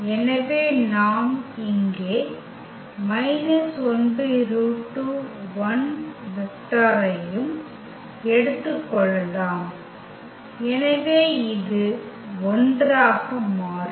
எனவே நாம் இங்கே வெக்டாரையும் எடுத்துக் கொள்ளலாம் எனவே இது 1 ஆக மாறும்